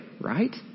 right